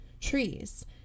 trees